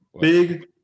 big